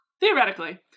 Theoretically